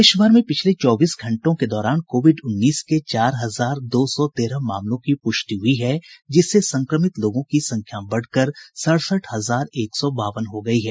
देशभर में पिछले चौबीस घंटों के दौरान कोविड उन्नीस के चार हजार दो सौ तेरह मामलों की पुष्टि हुई है जिससे संक्रमित लोगों की संख्या बढ़कर सड़सठ हजार एक सौ बावन हो गयी है